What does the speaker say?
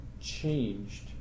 changed